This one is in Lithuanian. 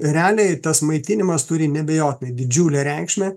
realiai tas maitinimas turi neabejotinai didžiulę reikšmę